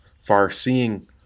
far-seeing